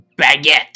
Baguette